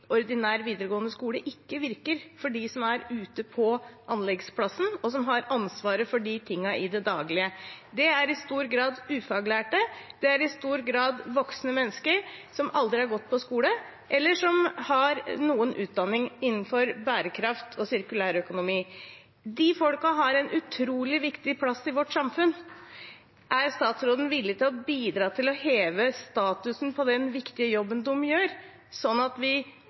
ordinær videregående skole, ikke virker for dem som er ute på anleggsplassen, og som har ansvaret for de tingene i det daglige. Det er i stor grad ufaglærte, det er i stor grad voksne mennesker som aldri har gått på skole eller har noen utdanning innenfor bærekraft og sirkulærøkonomi. De folkene har en utrolig viktig plass i vårt samfunn. Er statsråden villig til å bidra til å heve statusen på den viktige jobben de gjør, sånn at vi